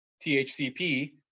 THCP